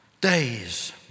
Days